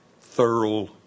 thorough